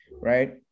right